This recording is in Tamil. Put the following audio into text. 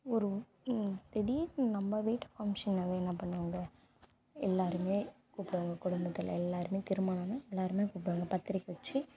ஒரு திடீர்னு நம்ம வீட்டு ஃபங்ஷனாவே என்ன பண்ணுவாங்க எல்லாருமே கூப்பிடுவாங்க குடும்பத்தில் எல்லாருமே திருமணம்னா எல்லாருமே கூப்பிடுவாங்க பத்திரிக்கை வச்சு